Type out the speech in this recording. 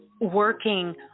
working